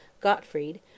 Gottfried